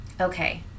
Okay